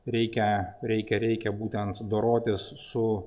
reikia reikia reikia būtent dorotis su